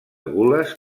gules